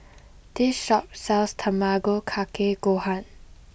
this shop sells Tamago Kake Gohan